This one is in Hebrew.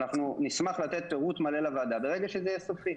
אנחנו נשמח לתת פירוט מלא לוועדה ברגע שזה יהיה סופי.